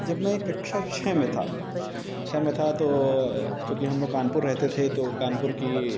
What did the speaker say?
जब मैं कक्षा छे में था छः में था तो चूँकि हम लोग कानपुर रहते थे तो कानपुर की